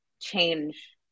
change